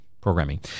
programming